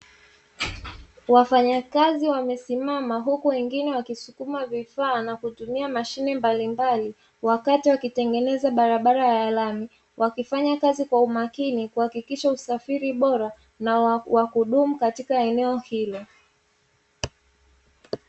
Wafanyakazi wakiwa wamesimama huku wengine wakisukuma vifaa na kutumia mashine mbalimbali wakati wakitengeneza barabara ya lami. Wakifanya kazi kwa umakini kuhakikisha usafiri bora na wakudumu katika eneo hilo.